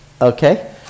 Okay